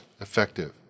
effective